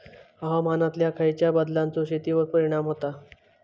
हवामानातल्या खयच्या बदलांचो शेतीवर परिणाम होता?